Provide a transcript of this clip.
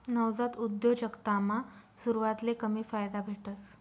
नवजात उद्योजकतामा सुरवातले कमी फायदा भेटस